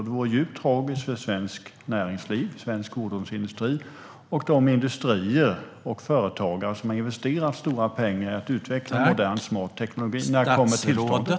Det vore djupt tragiskt för svenskt näringsliv, svensk fordonsindustri och de industrier och företagare som har investerat stora pengar i att utveckla modern och smart teknologi. När kommer tillståndet?